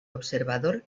observador